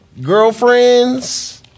girlfriends